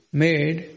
made